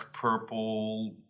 purple